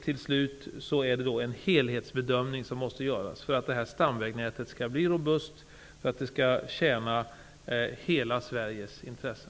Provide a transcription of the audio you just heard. Till slut måste det göras en helhetsbedömning för att stamvägnätet skall bli robust och tjäna hela Sveriges intressen.